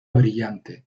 brillante